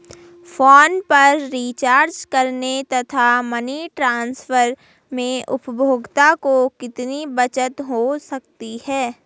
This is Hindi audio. फोन पर रिचार्ज करने तथा मनी ट्रांसफर में उपभोक्ता को कितनी बचत हो सकती है?